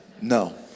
No